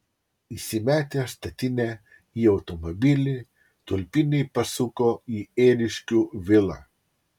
įsimetę statinę į automobilį tulpiniai pasuko į ėriškių vilą